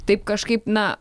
taip kažkaip na